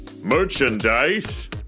Merchandise